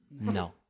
no